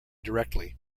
directly